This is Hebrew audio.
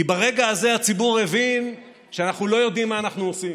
כי ברגע הזה הציבור הבין שאנחנו לא יודעים מה אנחנו עושים.